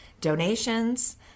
donations